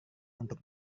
untuk